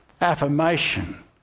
affirmation